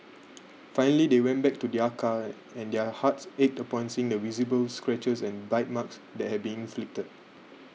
finally they went back to their car and their hearts ached upon seeing the visible scratches and bite marks that had been inflicted